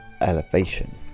elevation